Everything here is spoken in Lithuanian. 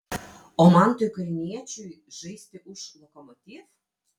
o mantui kalniečiui žaisti už lokomotiv